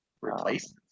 replacements